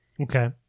okay